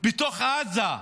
בתוך עזה,